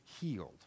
healed